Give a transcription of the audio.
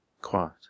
quiet